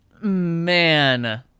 man